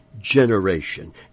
generation